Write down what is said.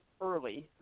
early